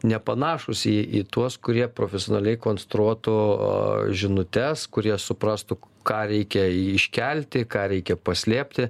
nepanašūs į į tuos kurie profesionaliai konstruotų žinutes kurie suprastų ką reikia iškelti ką reikia paslėpti